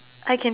I can